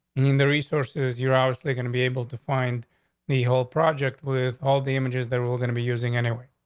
mean the resources you're actually going to be able to find the whole project with all the images that we're gonna be using anyway.